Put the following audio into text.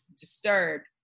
disturbed